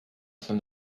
from